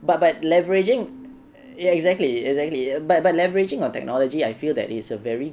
but by leveraging ya exactly exactly but by leveraging on technology I feel that it's a very